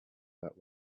that